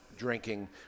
drinking